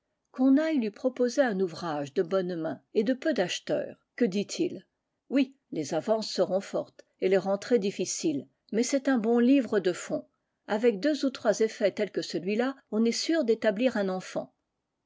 qu'on aille lui proposer un ouvrage de bonne main et de peu d'acheteurs que dit-il oui les avances seront fortes et les rentrées difficiles mais c'est un bon livre de fonds avec deux ou trois effets tels que celui-là on est sûr d'établir un enfant